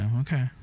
Okay